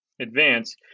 advance